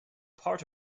part